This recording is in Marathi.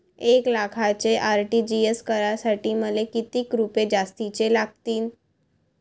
एक लाखाचे आर.टी.जी.एस करासाठी मले कितीक रुपये जास्तीचे लागतीनं?